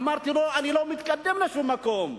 אמרתי לו: אני לא מתקדם לשום מקום.